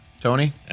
Tony